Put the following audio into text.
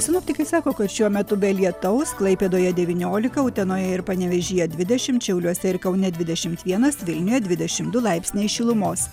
sinoptikai sako kad šiuo metu be lietaus klaipėdoje devyniolika utenoje ir panevėžyje dvidešimt šiauliuose ir kaune dvidešimt vienas vilniuje dvidešim du laipsniai šilumos